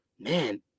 man